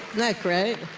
that great?